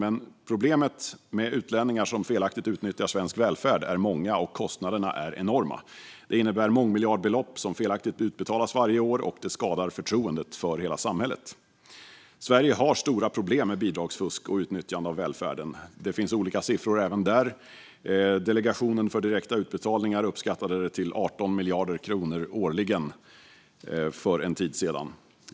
Men problemet med utlänningar som felaktigt utnyttjar svensk välfärd är många, och kostnaderna för detta är enorma. Det innebär mångmiljardbelopp som felaktigt utbetalas varje år, och det skadar förtroendet för hela samhället. Sverige har stora problem med bidragsfusk och utnyttjande av välfärden. Det finns olika siffror även där. Delegationen för direkta utbetalningar uppskattade det för en tid sedan till 18 miljarder kronor årligen.